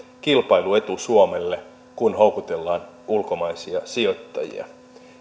kilpailuetu suomelle kun houkutellaan ulkomaisia sijoittajia